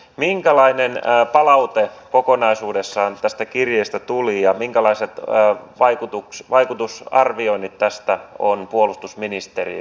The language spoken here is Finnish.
minkälainen palaute kokonaisuudessaan tästä kirjeestä tuli ja minkälaiset vaikutusarvioinnit tästä on puolustusministeriössä tehty